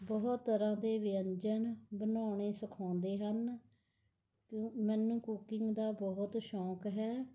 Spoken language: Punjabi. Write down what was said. ਬਹੁਤ ਤਰ੍ਹਾਂ ਦੇ ਵਿਅੰਜਨ ਬਣਾਉਣੇ ਸਿਖਾਉਂਦੇ ਹਨ ਕਿਉਂ ਮੈਨੂੰ ਕੁਕਿੰਗ ਦਾ ਬਹੁਤ ਸ਼ੌਂਕ ਹੈ